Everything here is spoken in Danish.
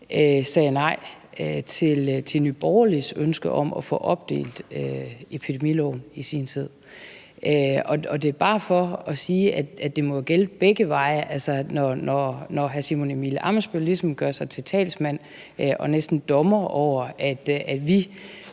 sagde nej til Nye Borgerliges ønske om at få opdelt epidemiloven i sin tid. Det er bare for at sige, at det jo må gælde begge veje. Når hr. Simon Emil Ammitzbøll-Bille ligesom gør sig til talsmand og næsten dommer over, at vi